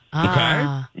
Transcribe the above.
Okay